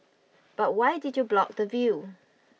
but why did you block the view